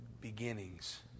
beginnings